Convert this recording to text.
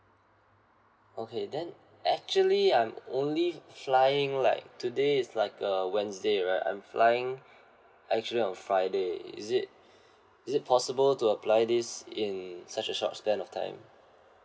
okay then actually I'm only flying like today is like a wednesday right I'm flying actually on friday is it is it possible to apply this in such a short span of time